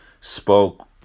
spoke